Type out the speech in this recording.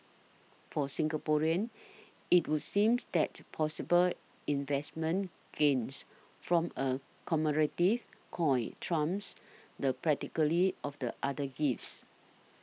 for Singaporeans it would seems that possible investment gains from a commemorative coin trumps the practicality of the other gifts